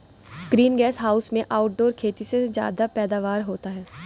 green gas house में outdoor खेती से ज्यादा पैदावार होता है